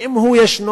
ואם הוא ישנו,